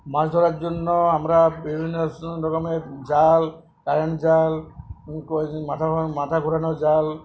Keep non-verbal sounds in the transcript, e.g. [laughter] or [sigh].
মাছ ধরার জন্য আমরা বিভিন্ন সো রকমের জাল কারেন্ট জাল [unintelligible] মাথা ভাঙা মাথা ঘোরানো জাল